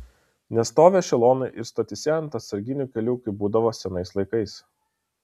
nestovi ešelonai ir stotyse ant atsarginių kelių kaip būdavo senais laikais